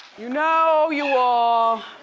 you know, you all.